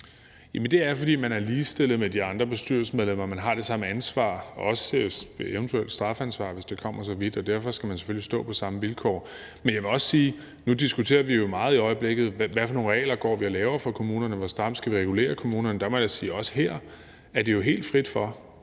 Jamen det er, fordi man er ligestillet med de andre bestyrelsesmedlemmer og man har det samme ansvar, også et eventuelt strafansvar, hvis det kommer så vidt. Og derfor skal man selvfølgelig stå på samme vilkår. Men jeg vil også sige, at nu diskuterer vi jo meget i øjeblikket, hvad for nogle regler, vi går og laver for kommunerne, og hvor stramt vi skal regulere kommunerne. Og der må jeg sige, at også her står det jo den enkelte